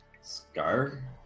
Scar